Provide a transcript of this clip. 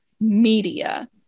media